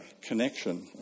connection